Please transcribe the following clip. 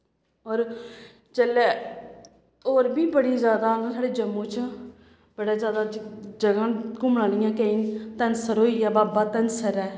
होर जेल्लै होर बी बड़ी ज्यादा न साढ़े जम्मू च बड़ा ज्यादा जगह् न घूमने आह्लियां केईं धनसर होई गेआ बाबा धनसर ऐ